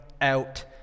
out